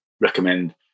recommend